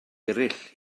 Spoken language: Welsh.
eraill